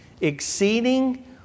Exceeding